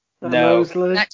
no